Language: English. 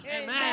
Amen